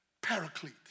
Paraclete